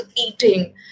eating